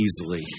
easily